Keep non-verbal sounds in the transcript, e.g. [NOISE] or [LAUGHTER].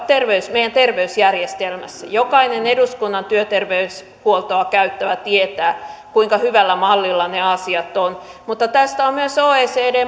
meidän terveysjärjestelmässämme jokainen eduskunnan työterveyshuoltoa käyttävä tietää kuinka hyvällä mallilla ne asiat ovat mutta tästä on myös oecd [UNINTELLIGIBLE]